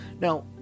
Now